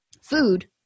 food